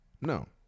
No